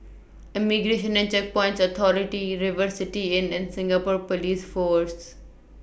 Immigration and Checkpoints Authority River City Inn and Singapore Police Force